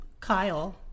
Kyle